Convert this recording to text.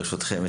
ברשותכם,